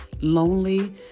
lonely